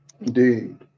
Indeed